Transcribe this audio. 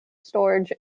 storage